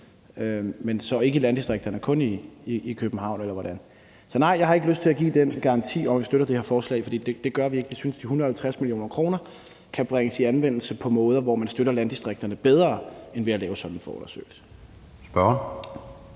er så ikke i landdistrikterne og kun i København, eller hvordan? Så nej, jeg har ikke lyst til at give den garanti om, at vi støtter det her forslag, for det gør vi ikke. Vi synes, 150 mio. kr. kan bringes i anvendelse på måder, hvor man støtter landdistrikterne bedre end ved at lave sådan en forundersøgelse.